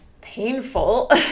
painful